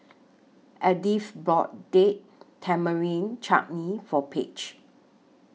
Edyth bought Date Tamarind Chutney For Page